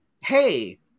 hey